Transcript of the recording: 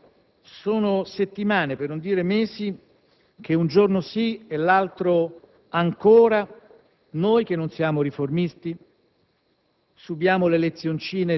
Onorevole Prodi, sono settimane, per non dire mesi, che un giorno sì e l'altro ancora, noi, che non siamo riformisti,